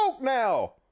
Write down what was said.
now